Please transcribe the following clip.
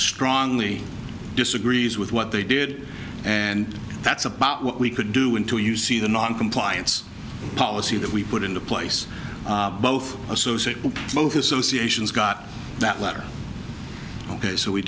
strongly disagrees with what they did and that's about what we could do until you see the noncompliance policy that we put into place both associate both associations got that letter ok so we